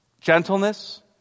Gentleness